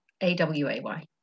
A-W-A-Y